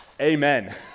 Amen